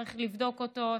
צריך לבדוק אותו.